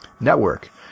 Network